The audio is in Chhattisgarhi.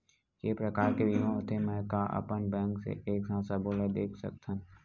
के प्रकार के बीमा होथे मै का अपन बैंक से एक साथ सबो ला देख सकथन?